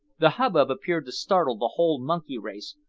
the hubbub appeared to startle the whole monkey race,